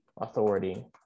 authority